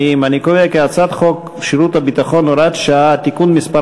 חוק שירות ביטחון (הוראת שעה) (תיקון מס'